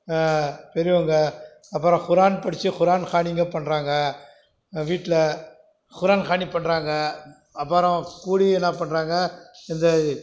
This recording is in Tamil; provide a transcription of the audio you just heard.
பெரியவங்கள் அப்புறம் குரான் படிச்சு குரான் கானிஹ் பண்ணுறாங்க வீட்டில் குரான் கானி பண்ணுறாங்க அப்புறம் கூடி என்ன பண்ணுறாங்க இந்த